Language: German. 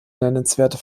nennenswerte